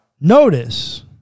notice